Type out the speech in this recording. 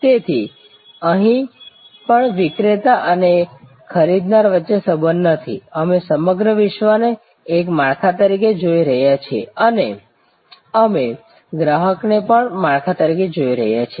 તેથી અહીં પણ વિક્રેતા અને ખરીદનાર વચ્ચે સંબંધ નથી અમે સમગ્ર વિશ્વને એક માળખા તરીકે જોઈ રહ્યા છીએ અને અમે ગ્રાહકોને પણ માળખા તરીકે જોઈ રહ્યા છીએ